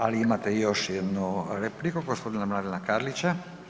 Ali imate još jednu repliku gospodina Mladena Karlića.